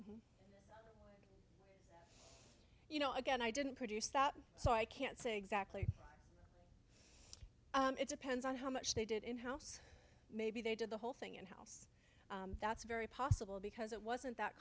yes you know again i didn't produce that so i can't say exactly it depends on how much they did in house maybe they did the whole thing in house that's very possible because it wasn't that